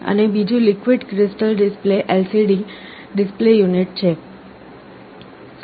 અને બીજું liquid crystal display display unit છે